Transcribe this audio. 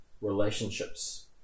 relationships